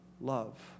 love